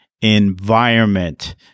environment